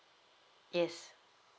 yes